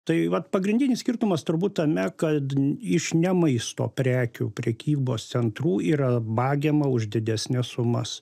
tai vat pagrindinis skirtumas turbūt tame kad iš ne maisto prekių prekybos centrų yra vagiama už didesnes sumas